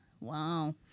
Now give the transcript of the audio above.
Wow